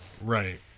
Right